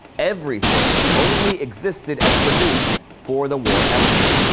everything, only existed and produced for the war effort.